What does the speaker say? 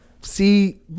see